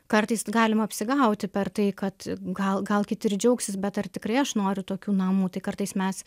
kartais galima apsigauti per tai kad gal gal kiti džiaugsis bet ar tikrai aš noriu tokių namų tai kartais mes